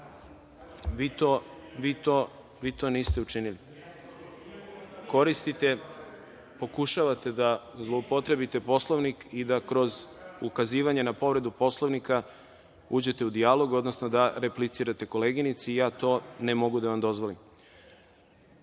to niste učinili. Koristite i pokušavate da zloupotrebite Poslovnik i da kroz ukazivanje na povredu Poslovnika uđete u dijalog, odnosno da replicirate koleginici i ja to ne mogu da vam dozvolim. Povreda